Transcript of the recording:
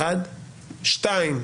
השני,